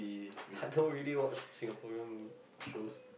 I don't really watch Singaporean shows